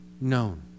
known